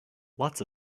lots